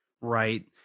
Right